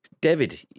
David